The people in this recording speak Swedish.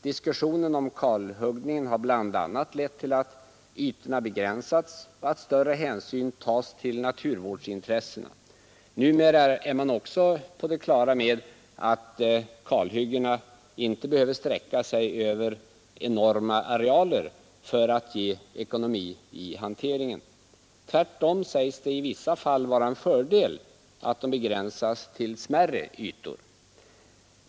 Diskussionen om kalhuggningen har bl.a. lett till att ytorna begränsats och att större hänsyn tas till naturvårdsintressena. Numera är man också på det klara med att kalhyggena inte behöver sträcka sig över enorma arealer för att ge ekonomi i hanteringen. Tvärtom sägs det i vissa fall vara en fördel att de begränsas till smärre ytor.